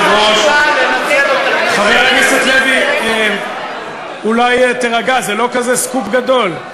חבר הכנסת לוי, אולי תירגע, זה לא כזה סקופ גדול.